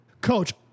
Coach